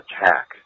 attack